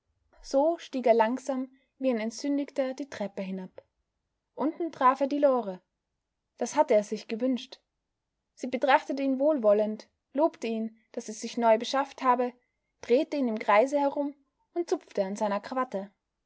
so stieg er langsam wie ein entsündigter die treppe hinab unten traf er die lore das hatte er sich gewünscht sie betrachtete ihn wohlwollend lobte ihn daß er sich neu beschafft habe drehte ihn im kreise herum und zupfte an seiner krawatte